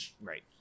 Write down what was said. Right